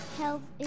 health